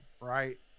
right